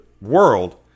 world